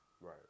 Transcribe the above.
Right